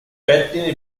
pettine